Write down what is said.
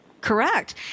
Correct